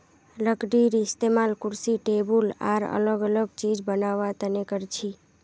लकडीर इस्तेमाल कुर्सी टेबुल आर अलग अलग चिज बनावा तने करछी